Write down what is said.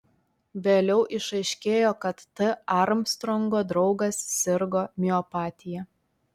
vėliau išaiškėjo kad t armstrongo draugas sirgo miopatija